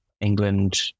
England